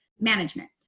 management